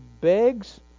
begs